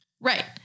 Right